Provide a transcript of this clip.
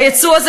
היצוא הזה,